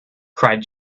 cried